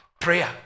prayer